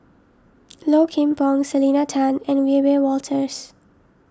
Low Kim Pong Selena Tan and Wiebe Wolters